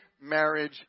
marriage